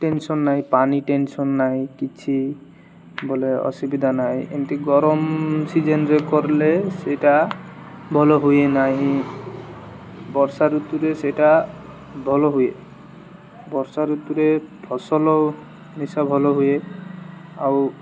tension ନାହିଁ ପାନି tension ନାହିଁ କିଛି ବୋଲେ ଅସୁବିଧା ନାହିଁ ଏମିତି ଗରମ ସିଜିନରେ କରଲେ ସେଇଟା ଭଲ ହୁଏ ନାହିଁ ବର୍ଷା ଋତୁରେ ସେଇଟା ଭଲ ହୁଏ ବର୍ଷା ଋତୁରେ ଫସଲ ମିଶା ଭଲ ହୁଏ ଆଉ